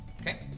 Okay